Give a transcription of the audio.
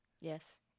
Yes